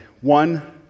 One